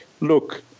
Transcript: look